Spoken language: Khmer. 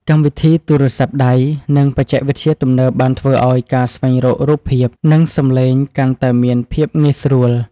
កម្មវិធីទូរស័ព្ទដៃនិងបច្ចេកវិទ្យាទំនើបបានធ្វើឱ្យការស្វែងរករូបភាពនិងសំឡេងកាន់តែមានភាពងាយស្រួល។